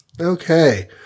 Okay